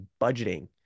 budgeting